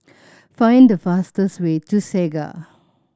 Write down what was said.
find the fastest way to Segar